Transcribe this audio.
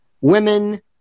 women